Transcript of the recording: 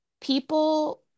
people